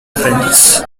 friends